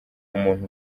umuntu